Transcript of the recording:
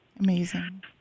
Amazing